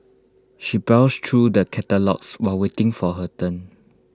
she browsed through the catalogues while waiting for her turn